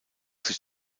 sich